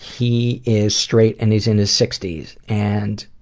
he is straight and is in his sixty s and